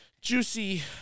juicy